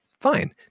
fine